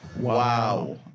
wow